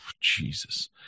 Jesus